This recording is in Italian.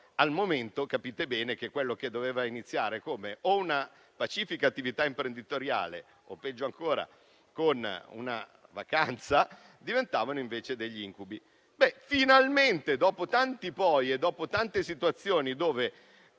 Tuttavia, capite bene che quella che doveva iniziare come una pacifica attività imprenditoriale (o, peggio ancora, una vacanza) diventava un incubo. Finalmente, dopo tanti "poi" e dopo tante situazioni